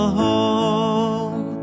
home